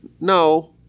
no